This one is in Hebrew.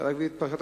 לארוך יותר